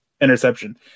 interception